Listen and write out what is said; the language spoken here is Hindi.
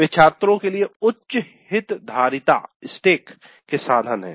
वे छात्रों के लिए उच्च हित धारिता साधन हैं